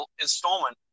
installment